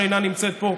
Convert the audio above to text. שאינה נמצאת פה,